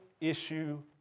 issue